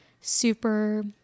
super